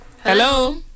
Hello